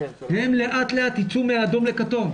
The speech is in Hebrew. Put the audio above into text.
הם לאט-לאט יצאו מאדום לכתום,